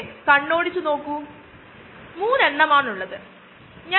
അതു അല്ലെകിൽ അതിൽ വെറുമൊരു എൻസൈമ് മാത്രം ആകാം അതു ചില എൻസൈമാറ്റിക് പരിവർത്തനം നടത്തുന്നു